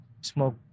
smoke